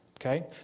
okay